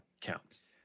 Counts